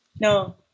No